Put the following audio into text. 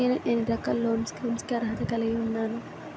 నేను ఎన్ని రకాల లోన్ స్కీమ్స్ కి అర్హత కలిగి ఉన్నాను?